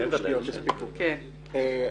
שלי,